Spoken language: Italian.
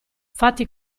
fatti